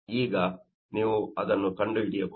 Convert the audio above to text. ಈಗ ನೀವು ಅದನ್ನು ಕಂಡುಹಿಡಿಯಬಹುದು